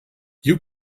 you